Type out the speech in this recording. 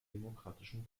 demokratischen